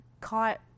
Caught